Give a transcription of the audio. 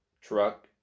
truck